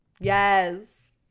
Yes